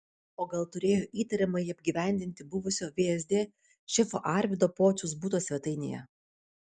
o gal turėjo įtariamąjį apgyvendinti buvusio vsd šefo arvydo pociaus buto svetainėje